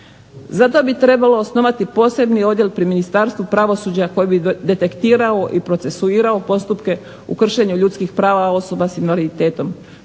Zato bi trebalo osnovati posebni odjel pri Ministarstvu pravosuđa koji bi detektirao i procesuirao postupke u kršenju ljudskih prava osoba sa invaliditetom.